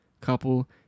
couple